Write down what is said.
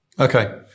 Okay